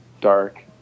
dark